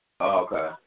okay